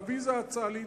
בוויזה הצה"לית,